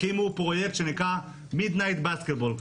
הקימו פרויקט שנקרא Midnight basketball,